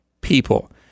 people